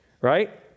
right